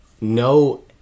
no